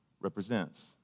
represents